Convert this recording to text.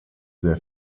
sehr